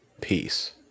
Peace